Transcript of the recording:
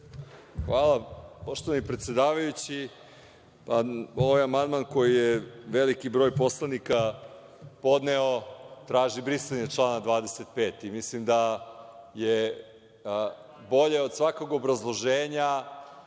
Hvala. Poštovani predsedavajući, ovaj amandman koji je veliki broj poslanika podneo, traži brisanje člana 25. Mislim da je bolje od svakog obrazloženja